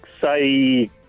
say